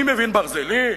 אני מבין ברזלים,